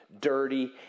dirty